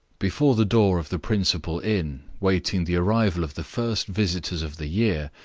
before the door of the principal inn, waiting the arrival of the first visitors of the year,